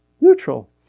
neutral